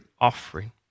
offering